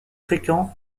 fréquents